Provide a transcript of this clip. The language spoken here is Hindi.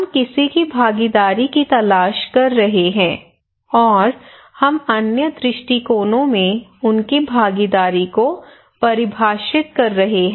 हम किसी की भागीदारी की तलाश कर रहे हैं और हम अन्य दृष्टिकोणों में उनकी भागीदारी को परिभाषित कर रहे हैं